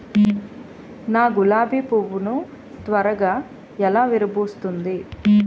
నా గులాబి పువ్వు ను త్వరగా ఎలా విరభుస్తుంది?